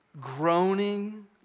Groaning